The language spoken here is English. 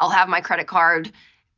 i'll have my credit card